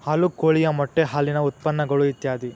ಹಾಲು ಕೋಳಿಯ ಮೊಟ್ಟೆ ಹಾಲಿನ ಉತ್ಪನ್ನಗಳು ಇತ್ಯಾದಿ